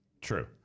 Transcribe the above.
True